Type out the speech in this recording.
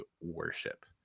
worship